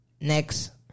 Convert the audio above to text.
Next